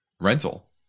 rental